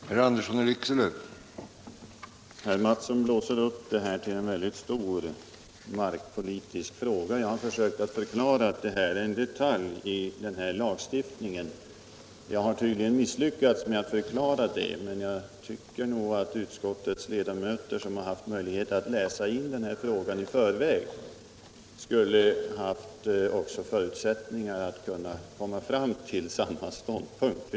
Herr talman! Herr Mattsson i Lane-Herrestad blåser upp detta till en stor markpolitisk fråga. Jag försökte förklara att den fråga vi nu behandlar är en detalj i den här lagstiftningen. Jag har tydligen misslyckats på den punkten, men jag tycker nog att utskottets ledamöter som haft möjligheter att läsa in den här frågan i förväg borde ha haft förutsättningar att komma fram till samma ståndpunkt.